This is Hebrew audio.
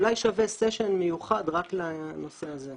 אולי שווה סשן מיוחד רק לנושא הזה.